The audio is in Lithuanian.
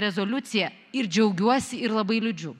rezoliuciją ir džiaugiuosi ir labai liūdžiu